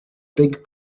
big